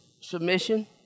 submission